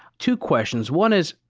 two questions. one is,